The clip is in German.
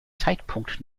zeitpunkt